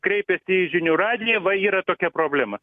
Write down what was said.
kreipiasi į žinių radiją va yra tokia problema